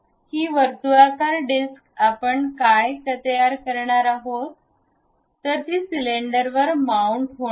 ही वर्तुळाकार डिस्क आपण काय तयार करणार आहोत तर ती सिलेंडरवर माउन्ट होणार आहे